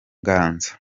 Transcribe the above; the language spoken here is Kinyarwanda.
nganzo